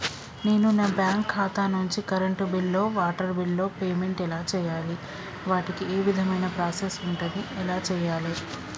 నేను నా బ్యాంకు ఖాతా నుంచి కరెంట్ బిల్లో వాటర్ బిల్లో పేమెంట్ ఎలా చేయాలి? వాటికి ఏ విధమైన ప్రాసెస్ ఉంటది? ఎలా చేయాలే?